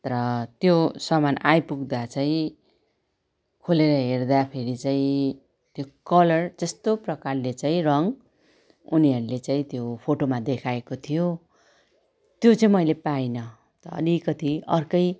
तर त्यो सामान आइपुग्दा चाहिँ खोलेर हेर्दा फेरि चाहिँ त्यो कलर जस्तो प्रकारले चाहिँ रङ उनीहरूले चाहिँ त्यो फोटोमा देखाएको थियो त्यो चाहिँ मैले पाइनँ त अलिकति अर्कै